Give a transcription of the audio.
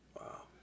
Wow